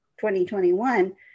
2021